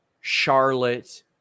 Charlotte